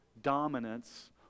Dominance